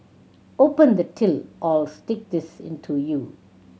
open the till or I'll stick this into you